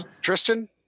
Tristan